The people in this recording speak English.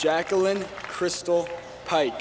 jacqueline crystal pike